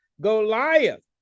Goliath